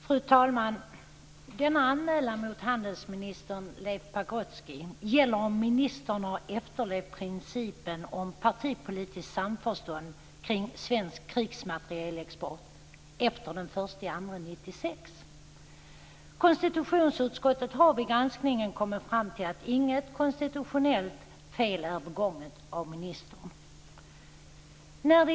Fru talman! Denna anmälan mot handelsminister Leif Pagrotsky gäller om ministern har efterlevt principen om partipolitiskt samförstånd kring svensk krigsmaterielexport efter den 1 februari 1996. Konstitutionsutskottet har vid granskningen kommit fram till att inget konstitutionellt fel är begånget av ministern.